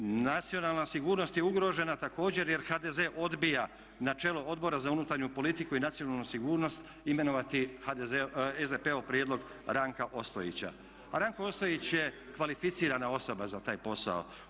To je istina. … [[Upadica sa strane, ne čuje se.]] Nacionalna sigurnost je ugrožena također, jer HDZ odbija na čelo Odbora za unutarnju politiku i nacionalnu sigurnost imenovati SDP-ov prijedlog Ranka Ostojića, a Ranko Ostojić je kvalificirana osoba za taj posao.